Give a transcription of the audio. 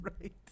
right